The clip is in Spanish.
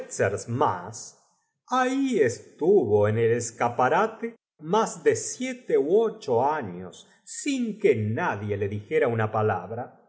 tuvo r w uf en el oscap arate más de siete ú ocho años sin q uo nadie le dijera una palab